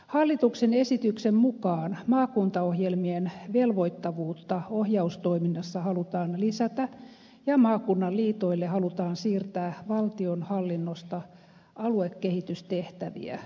hallituksen esityksen mukaan maakuntaohjelmien velvoittavuutta ohjaustoiminnassa halutaan lisätä ja maakunnan liitoille halutaan siirtää valtionhallinnosta aluekehitystehtäviä